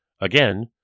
Again